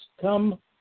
come